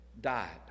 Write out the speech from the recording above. died